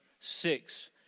six